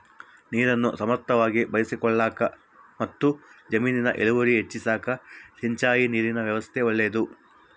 ನೀರನ್ನು ಸಮರ್ಥವಾಗಿ ಬಳಸಿಕೊಳ್ಳಾಕಮತ್ತು ಜಮೀನಿನ ಇಳುವರಿ ಹೆಚ್ಚಿಸಾಕ ಸಿಂಚಾಯಿ ನೀರಿನ ವ್ಯವಸ್ಥಾ ಒಳ್ಳೇದು